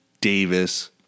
Davis